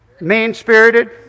mean-spirited